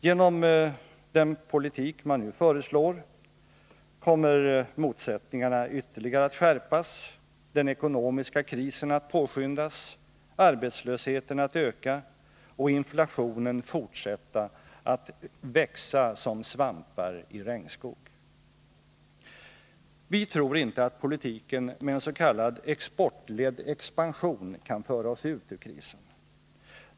Genom den politik man nu föreslår kommer motsättningarna ytterligare att skärpas, den ekonomiska krisen att påskyndas, arbetslösheten att öka och inflationen fortsätta att växa som svampar i regnskog. Vi tror inte att politiken med en s.k. exportledd expansion kan föra oss ut ur krisen.